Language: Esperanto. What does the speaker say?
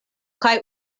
kaj